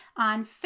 on